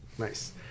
nice